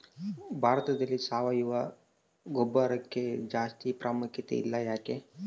ಭಾರತದಲ್ಲಿ ಸಾವಯವ ಗೊಬ್ಬರಕ್ಕೆ ಜಾಸ್ತಿ ಪ್ರಾಮುಖ್ಯತೆ ಇಲ್ಲ ಯಾಕೆ?